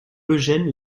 eugène